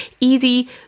easy